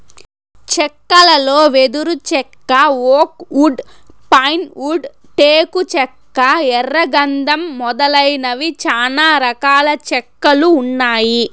చెక్కలలో వెదురు చెక్క, ఓక్ వుడ్, పైన్ వుడ్, టేకు చెక్క, ఎర్ర గందం మొదలైనవి చానా రకాల చెక్కలు ఉన్నాయి